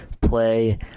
play